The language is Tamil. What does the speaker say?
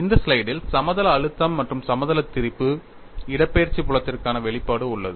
இந்த ஸ்லைடில் சமதள அழுத்தம் மற்றும் சமதள திரிபு இடப்பெயர்ச்சி புலத்திற்கான வெளிப்பாடு உள்ளது